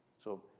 so,